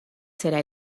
será